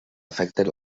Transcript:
afecten